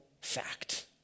fact